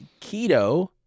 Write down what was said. keto